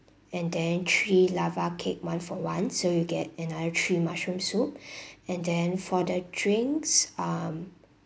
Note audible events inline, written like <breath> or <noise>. and then three lava cake one for one so you get another three mushroom soup <breath> and then for the drinks um